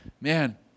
man